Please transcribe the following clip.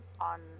on